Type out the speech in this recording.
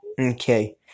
Okay